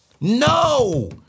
no